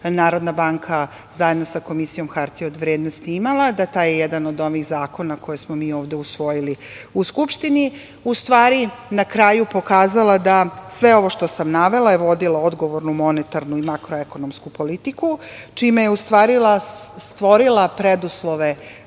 Narodna banka zajedno sa Komisijom hartija od vrednosti imala. Taj je jedan od onih zakona koje smo mi ovde usvojili u Skupštini, na kraju pokazala da sve ovo što sam navela je vodila odgovornu monetarnu i makroekonomsku politiku, čime je stvorila preduslove